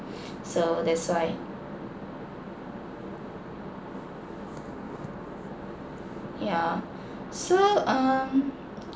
so that's why yeah so um